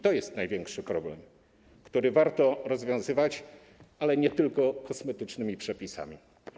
To jest największy problem, który warto rozwiązywać, ale nie tylko kosmetycznymi przepisami.